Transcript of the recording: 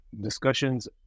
discussions